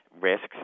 risks